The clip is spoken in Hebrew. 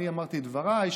אני אמרתי את דבריי,